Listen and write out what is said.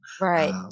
Right